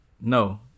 No